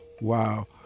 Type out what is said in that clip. wow